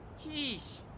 Jeez